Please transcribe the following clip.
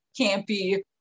campy